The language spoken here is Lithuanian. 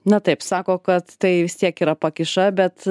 na taip sako kad tai vis tiek yra pakiša bet